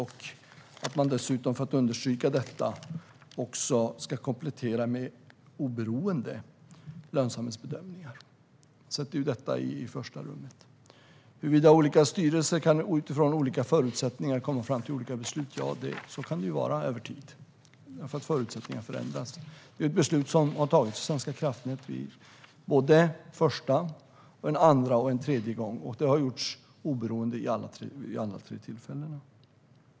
För att understryka detta kompletterar man det med oberoende lönsamhetsbedömningar och sätter det i första rummet. Olika styrelser kan utifrån olika förutsättningar komma fram till olika beslut. Så kan det vara över tid, eftersom förutsättningar förändras. Ett beslut har fattats av Svenska kraftnät en första, en andra och en tredje gång, och det har skett oberoende vid alla de tre tillfällena.